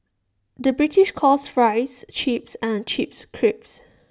the British calls Fries Chips and Chips Crisps